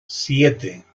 siete